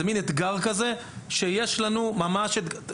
זה מן אתגר שאנחנו מתמודדים איתו,